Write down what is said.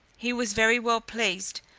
he was very well pleased,